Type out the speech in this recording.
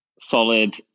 Solid